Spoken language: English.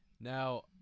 Now